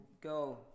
go